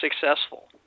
successful